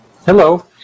Hello